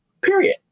Period